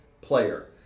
player